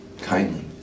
kindly